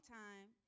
time